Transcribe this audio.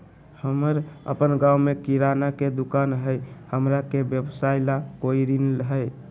हमर अपन गांव में किराना के दुकान हई, हमरा के व्यवसाय ला कोई ऋण हई?